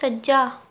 ਸੱਜਾ